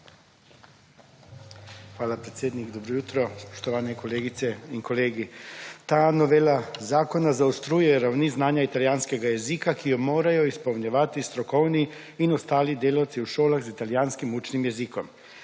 Hvala, predsednik. Dobro jutro, spoštovani kolegice in kolegi! Ta novela zakona zaostruje ravni znanja italijanskega jezika, ki jo morajo izpolnjevati strokovni in ostali delavci v šolah z italijanskim učnim jezikom.